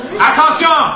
Attention